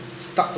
start to